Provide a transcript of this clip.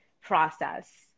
process